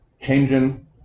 changing